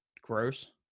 gross